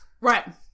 Right